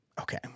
Okay